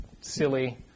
silly